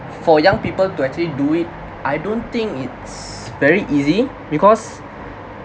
for young people to actually do it I don't think it's very easy because